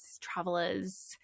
travelers